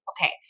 Okay